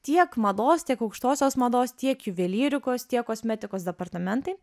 tiek mados tiek aukštosios mados tiek juvelyrikos tiek kosmetikos departamentai